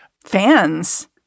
Fans